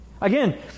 Again